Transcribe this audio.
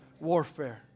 warfare